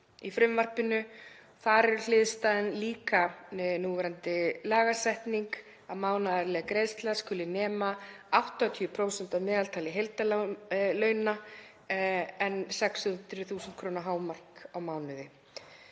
í frumvarpinu. Þar er hliðstæðan líka núverandi lagasetning, að mánaðarleg greiðsla skuli nema 80% af meðaltali heildarlauna en 600.000 kr. hámark á mánuði.